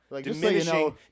diminishing